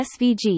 svg